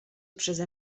przeze